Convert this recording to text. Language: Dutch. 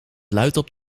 luidop